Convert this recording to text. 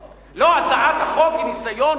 לא, הצעת החוק היא ניסיון